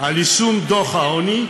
על יישום דוח העוני,